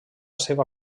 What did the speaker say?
seva